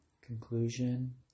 conclusion